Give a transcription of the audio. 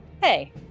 hey